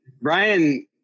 Brian